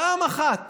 פעם אחת